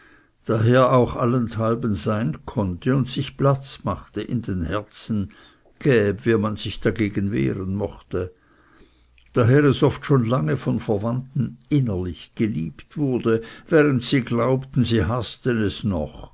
daher auch allenthalben sein konnte und sich platz machte in den herzen gäb wie man sich dagegen wehren mochte daher es oft schon lange von verwandten innerlich geliebt wurde während sie glaubten sie haßten es noch